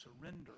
surrender